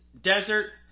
desert